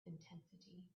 intensity